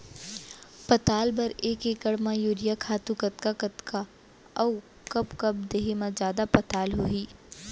पताल बर एक एकड़ म यूरिया खातू कतका कतका अऊ कब कब देहे म जादा पताल होही?